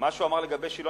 מה שהוא אמר לגבי שילה,